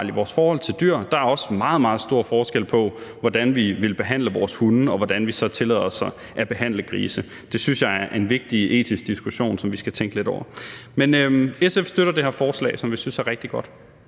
i vores forhold til dyr. Der er også meget, meget stor forskel på, hvordan vi vil behandle vores hunde, og hvordan vi så tillader os at behandle grise. Det synes jeg er en vigtig etisk diskussion, som vi skal tænke lidt over. SF støtter det her forslag, som vi synes er rigtig godt.